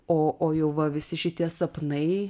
o o jau va visi šitie sapnai